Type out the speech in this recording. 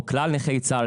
או כלל נכי צה"ל,